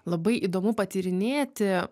labai įdomu patyrinėti